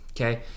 okay